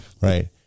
Right